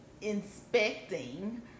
inspecting